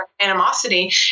animosity